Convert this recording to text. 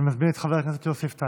אני מזמין את חבר הכנסת יוסף טייב,